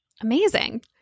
Amazing